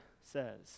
says